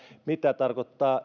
mitä tarkoittavat